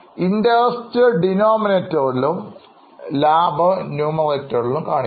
interest ഡിനോമിനേറ്റ്റിലും ലാഭത്തിന് ന്യൂമറേറ്ററിലും കാണിക്കുന്നു